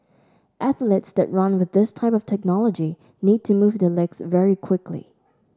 athletes that run with this type of technology need to move their legs very quickly